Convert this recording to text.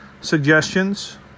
suggestions